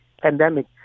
pandemic